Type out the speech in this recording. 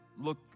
look